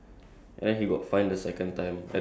ya then the ne~ uh the like